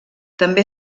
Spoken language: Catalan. també